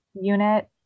Unit